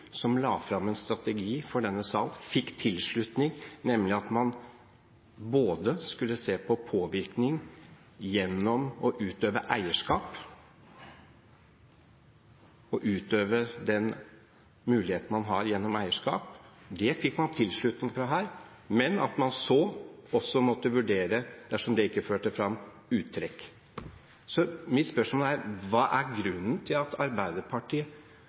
la fram en strategi for denne sal, og fikk tilslutning til at man skulle se på påvirkning gjennom å utøve eierskap, utøve den muligheten man har gjennom eierskap – det fikk man altså tilslutning til – men at man så også måtte vurdere, dersom det ikke førte fram, uttrekk. Så mitt spørsmål er: Hva er grunnen til at Arbeiderpartiet